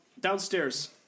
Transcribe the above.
Downstairs